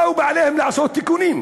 באו בעליהם לעשות תיקונים,